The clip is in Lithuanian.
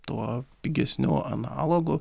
tuo pigesniu analogu